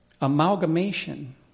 Amalgamation